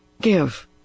Give